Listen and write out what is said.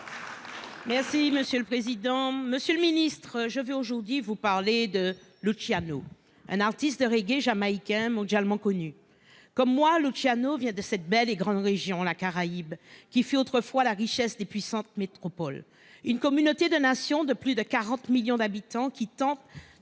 du ministre de l'intérieur, je veux aujourd'hui vous parler de Luciano, artiste de reggae jamaïcain mondialement connu. Comme moi, Luciano vient de cette belle et grande région, la Caraïbe, qui fit autrefois la richesse des puissantes métropoles. Une communauté de nations de plus de 40 millions d'habitants qui tente